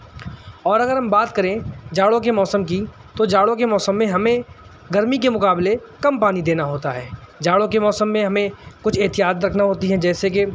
اور اگر ہم بات کریں جاڑوں کے موسم کی تو جاڑوں کے موسم میں ہمیں گرمی کے مقابلے کم پانی دینا ہوتا ہے جاڑوں کے موسم میں ہمیں کچھ احتیاط رکھنا ہوتی ہیں جیسے کہ